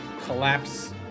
collapse